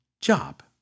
job